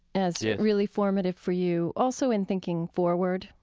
as yeah really formative for you also in thinking forward,